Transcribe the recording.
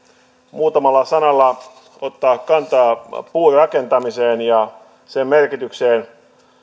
muutamalla sanalla ottaa kantaa puurakentamiseen ja sen merkitykseen